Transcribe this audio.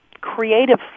creative